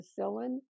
penicillin